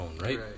right